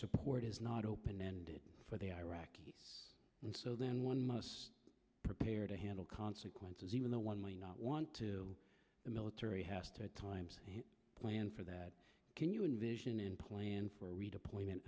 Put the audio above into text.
support is not open ended for the iraqis and so then one must prepare to handle consequences even though one may not want to the military has to times plan for that can you envision in plan for redeployment